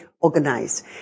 organized